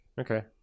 okay